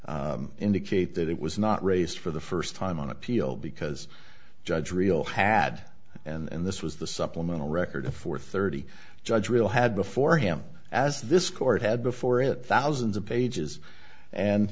indicate that it was not raised for the first time on appeal because judge real had and this was the supplemental record of four thirty judge will had before him as this court had before it thousands of pages and